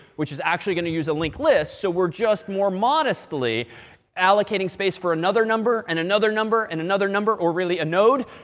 which is actually going to use a linked list. so we're just more modestly allocating space for another number, and another number, and another number, or really a node.